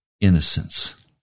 innocence